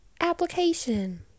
application